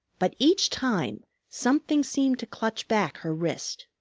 but each time something seemed to clutch back her wrist.